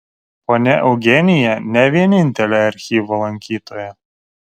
ponia eugenija ne vienintelė archyvo lankytoja